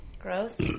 Gross